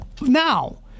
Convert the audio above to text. now